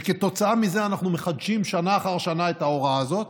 וכתוצאה מזה אנחנו מחדשים שנה אחר שנה את ההוראה הזאת,